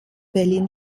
berlin